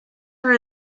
for